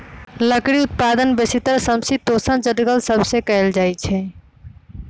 लकड़ी उत्पादन बेसीतर समशीतोष्ण जङगल सभ से कएल जाइ छइ